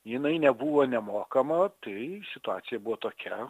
jinai nebuvo nemokama tai situacija buvo tokia